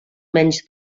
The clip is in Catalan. menys